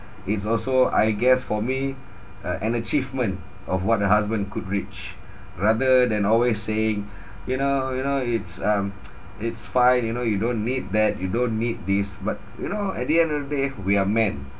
it's also I guess for me uh an achievement of what the husband could reach rather than always saying you know you know it's um it's fine you know you don't need that you don't need this but you know at the end of the day we are men